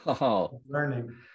learning